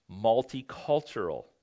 multicultural